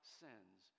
sins